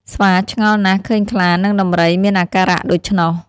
ស្វាឆ្ងល់ណាស់ឃើញខ្លា និងដំរីមានអាការៈដូច្នោះ។